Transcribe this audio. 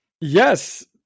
Yes